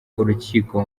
urukiko